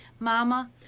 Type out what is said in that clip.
Mama